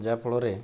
ଯାହାଫଳରେ